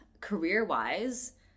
career-wise